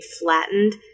flattened